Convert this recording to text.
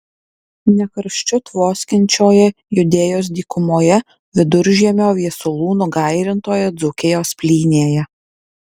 ne karščiu tvoskiančioje judėjos dykumoje viduržiemio viesulų nugairintoje dzūkijos plynėje